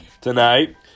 tonight